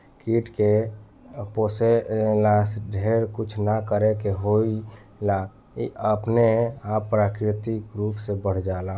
कीट के पोसे ला ढेरे कुछ ना करे के होला इ अपने आप प्राकृतिक रूप से बढ़ जाला